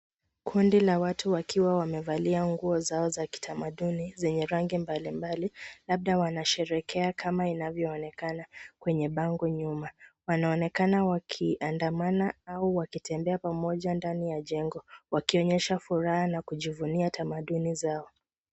Kundi la watu wakiwa wamevalia nguo zao za kitamaduni zenye rangi mbalimbali labda wanasherehekea kama inavyoonekana kwenye bango nyuma. Wanaonekana wakiandamana au wakitembea pamoja ndani ya jengo wakionyesha furaha na kujivunia tamaduni zao.